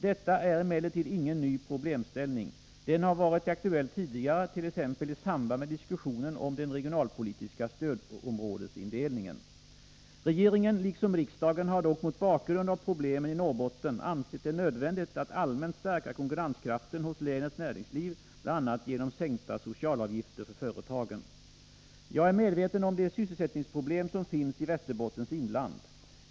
Detta är emellertid ingen ny problemställning. Den har varit aktuell tidigare t.ex. i samband med diskussionen om den regionalpolitiska stödområdesindelningen. Regeringen — liksom riksdagen — har dock mot bakgrund av problemen i Norrbotten ansett det nödvändigt att allmänt stärka konkurrenskraften hos länets näringsliv, bl.a. genom sänkta socialavgifter för företagen. Jag är medveten om de sysselsättningsproblem som finns i Västerbottens inland.